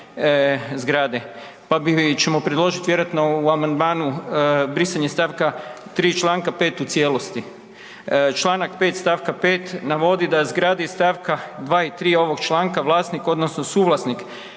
zgrade pa ćemo predložit vjerojatno u amandmanu brisanje stavka 3. čl. 5. u cijelosti. Čl. 5. stavka 5. navodi da zgradi iz stavka 2. i 3. ovog članka, vlasnik odnosno suvlasnik